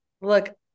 look